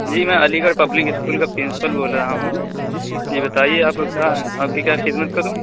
جی ہاں Aligarh public school کا پرنسپل بول رہا ہوں جی بتائیے آپ کو کیا آپ کی کیا خدمت کروں